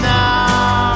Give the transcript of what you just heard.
now